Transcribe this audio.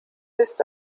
ist